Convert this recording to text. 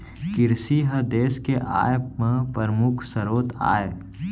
किरसी ह देस के आय म परमुख सरोत आय